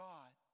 God